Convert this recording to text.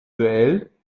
duell